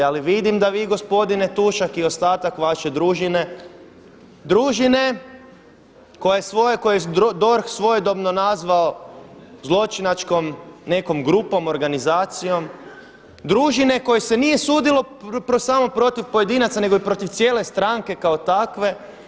Ali vidim da vi gospodine Tušak i ostatak vaše družine, družine koju je DORH svojedobno nazvao zločinačkom nekom grupom organizacijom, družine kojoj se nije sudilo … pojedinaca nego i protiv cijele stranke kao takve.